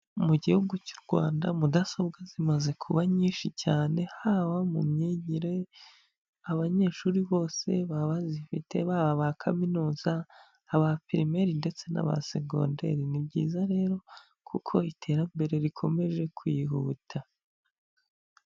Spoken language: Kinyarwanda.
Mu gihugu cy'u Rwanda mudasobwa zimaze kuba nyinshi cyane, haba mu myigire abanyeshuri bose baba bazifite, baba aba kaminuza, aba pirimeri ndetse n'aba segonderi. Ni byiza rero kuko iterambere rikomeje kwihuta.